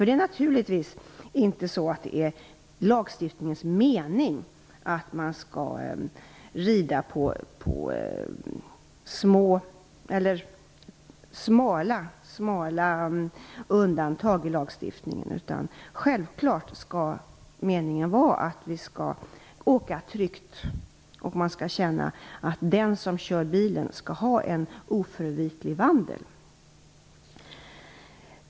Det är naturligtvis inte lagstiftningens mening att man skall rida på smala undantag i lagstiftningen, utan meningen är självfallet att vi skall åka tryggt och känna att den som kör bilen har en oförvitlig vandel.